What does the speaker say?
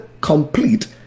complete